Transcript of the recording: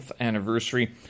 anniversary